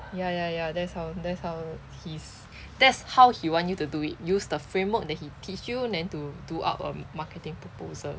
ya ya ya that's how that's how his that's how he want you to do it use the framework that he teach you then to do out a marketing proposal